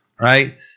right